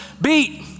beat